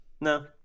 no